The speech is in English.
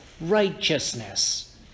Righteousness